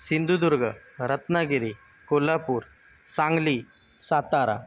Sindhudurg Ratnagiri Kolhapur Sangli Satara